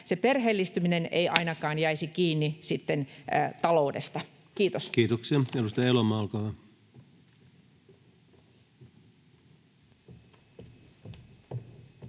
ei ainakaan jäisi kiinni sitten taloudesta. — Kiitos. Kiitoksia. — Edustaja Elomaa, olkaa hyvä.